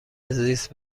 زیست